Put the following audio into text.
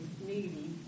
needy